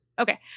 Okay